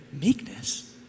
meekness